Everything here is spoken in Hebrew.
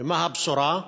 ומה הבשורה?